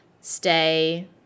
stay